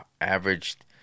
averaged